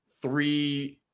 three